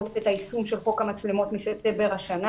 את היישום של חוק המצלמות מספטמבר השנה